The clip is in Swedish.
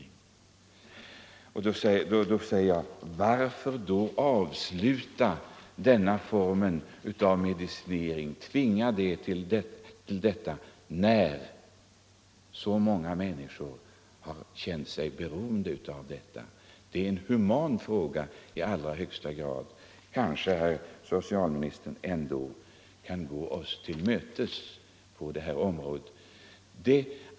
Varför skall man tvinga dessa läkare att avsluta denna form av medicinering, när så många människor känner sig beroende av den medicinen? Det är i allra högsta grad en human fråga. Kanske socialministern ändå kan gå oss till mötes på detta område?